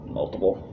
multiple